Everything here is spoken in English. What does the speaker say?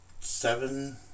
seven